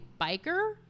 biker